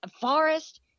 forest